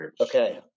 Okay